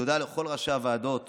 תודה לכל ראשי הוועדות